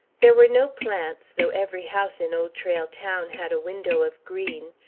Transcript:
there were no plants, though every house in old trail town had a window of green,